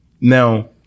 Now